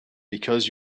because